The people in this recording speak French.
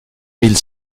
mille